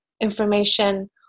information